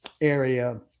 area